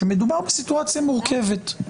שמדובר בסיטואציה מורכבת,